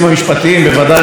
כעורך דין